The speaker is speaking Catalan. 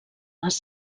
les